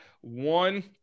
one